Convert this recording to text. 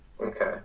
Okay